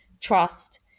trust